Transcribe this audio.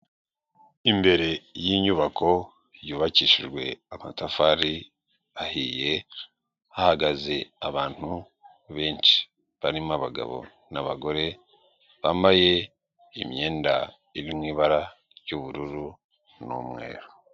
Imbere y'inyubako yubakishijwe amatafari ahiye, hahagaze abantu benshi barimo abagabo n'abagore bambaye imyenda iri mu ibara ry'ubururu n'umweru.